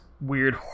Weird